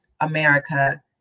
America